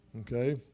Okay